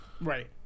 Right